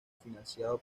financiado